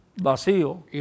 vacío